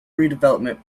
redevelopment